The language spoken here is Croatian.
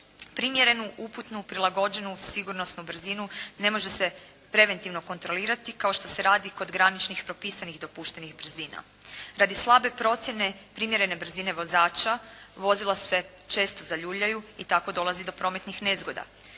Primjerenu, uputnu, prilagođenu, sigurnosnu brzinu ne može se preventivno kontrolirati kao što se radi kod graničnih propisanih dopuštenih brzina. Radi slabe procjene primjerene brzine vozača vozila se često zaljuljaju i tako dolazi do prometnih nezgoda.